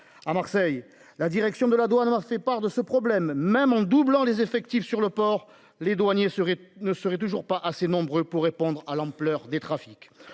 à Marseille, la direction de la doit avoir fait part de ce problème, même en doublant les effectifs sur le port les douaniers seraient ne serait toujours pas assez nombreux pour répondre à l'ampleur des trafics.